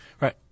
Right